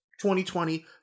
2020